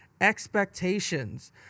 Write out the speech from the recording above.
expectations